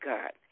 God